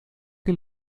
que